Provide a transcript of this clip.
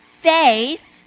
faith